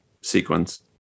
sequence